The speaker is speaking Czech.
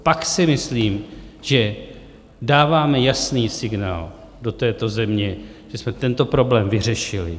Pak si myslím, že dáváme jasný signál do této země, že jsme tento problém vyřešili.